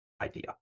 idea